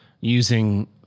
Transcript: using